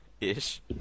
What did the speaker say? Ish